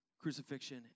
crucifixion